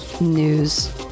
news